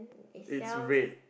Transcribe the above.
it's red